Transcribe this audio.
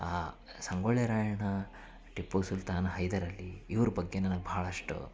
ಆ ಸಂಗೊಳ್ಳಿ ರಾಯಣ್ಣ ಟಿಪ್ಪು ಸುಲ್ತಾನ್ ಹೈದರಾಲಿ ಇವ್ರ ಬಗ್ಗೆ ನನಗೆ ಭಾಳಷ್ಟು